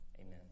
Amen